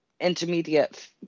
Intermediate